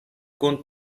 kun